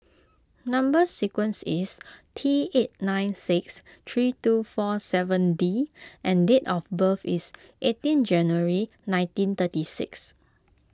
Number Sequence is T eight nine six three two four seven D and date of birth is eighteen January nineteen thirty six